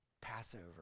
Passover